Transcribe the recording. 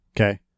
Okay